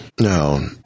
No